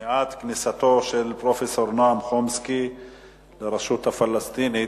3197 ו-3211: מניעת כניסתו של פרופסור נועם חומסקי לרשות הפלסטינית.